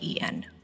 en